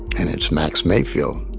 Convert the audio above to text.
and it's max mayfield.